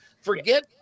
forget